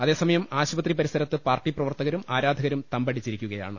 അതേസമയം ആശുപത്രി പരിസരത്ത് പാർട്ടി പ്രവർത്തരും ആരാധകരും തമ്പടിച്ചിരിക്കുകയാണ്